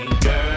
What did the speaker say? girl